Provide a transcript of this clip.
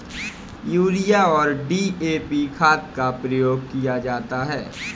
urea और DAP खाद का प्रयोग किया जाता है